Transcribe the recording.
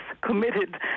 committed